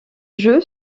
jeu